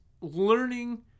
learning